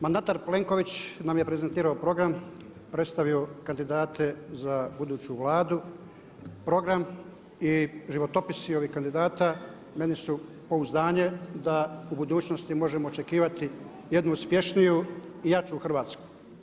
Mandatar Plenković nam je prezentirao program, predstavio kandidate za buduću Vladu, program i životopisi ovih kandidata meni su pouzdanje da u budućnosti možemo očekivati jednu uspješniju i jaču Hrvatsku.